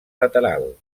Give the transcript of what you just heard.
lateral